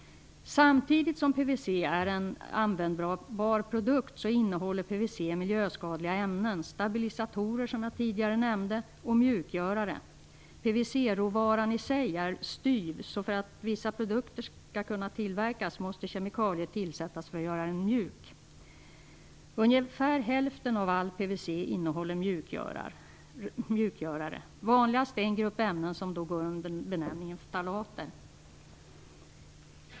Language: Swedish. Samtidigt som PVC är en användbar produkt innehåller PVC miljöskadliga ämnen, stabilisatorer, som jag tidigare nämnde, och mjukgörare. PVC råvaran i sig är styv, så för att vissa produkter skall kunna tillverkas måste kemikalier tillsättas för att göra den mjuk. Ungefär hälften av all PVC innehåller mjukgörare. Vanligast är en grupp ämnen som går under benämningen ftalater.